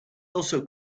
also